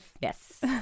Yes